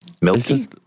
Milky